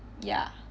ya